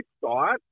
thought